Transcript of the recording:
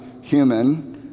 human